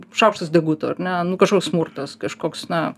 šaukštas deguto ar ne nu kažkoks smurtas kažkoks na